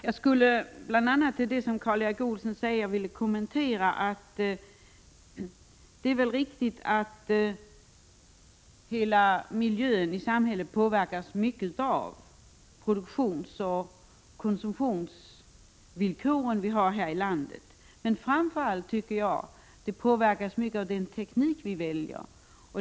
Jag skulle vilja göra en kommentar till det som Karl Erik Olsson sade. Det är väl riktigt att hela miljön i samhället påverkas mycket av produktionsoch 121 konsumtionsvillkoren. Men den påverkas framför allt av den teknik vi väljer.